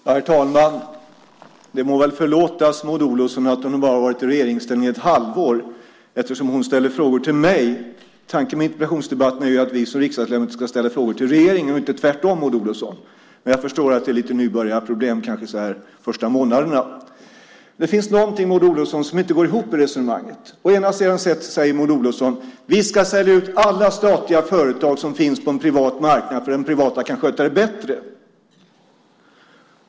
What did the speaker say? Herr talman! Det må väl vara Maud Olofsson förlåtet att hon - hon har ju varit i regeringsställning bara ett halvår - ställer frågor till mig. Tanken med interpellationsdebatter är att vi riksdagsledamöter ska ställa frågor till regeringen - inte tvärtom, Maud Olofsson! Jag förstår att det kanske är lite nybörjarproblem så här under de första månaderna. Det finns någonting i resonemanget, Maud Olofsson, som inte går ihop. Maud Olofsson säger: Vi ska sälja ut alla statliga företag som finns på en privat marknad därför att det privata kan sköta dem bättre.